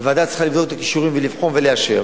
וועדה צריכה לבדוק את הכישורים ולבחון ולאשר,